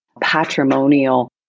patrimonial